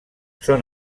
són